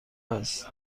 است